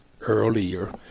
earlier